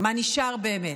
מה נשאר באמת?